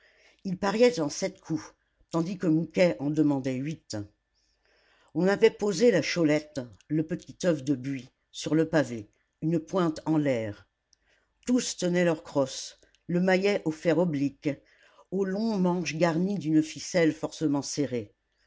il pariait en sept coups tandis que mouquet en demandait huit on avait posé la cholette le petit oeuf de buis sur le pavé une pointe en l'air tous tenaient leur crosse le maillet au fer oblique au long manche garni d'une ficelle fortement serrée